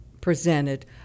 presented